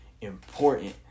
important